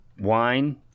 wine